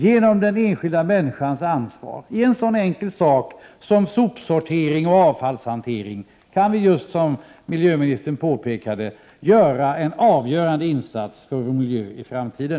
Genom den enskilda människans ansvar på en så enkel punkt som sopsortering och avfallshantering kan vi, som miljöministern påpekade, göra en väsentlig insats för vår miljö i framtiden.